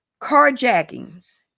carjackings